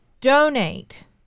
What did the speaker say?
donate